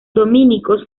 dominicos